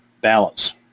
balance